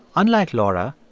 unlike laura,